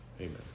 Amen